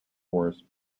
force